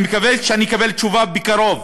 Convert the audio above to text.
אני מקווה שאני אקבל תשובה בקרוב.